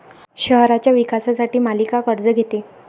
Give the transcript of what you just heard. शहराच्या विकासासाठी पालिका कर्ज घेते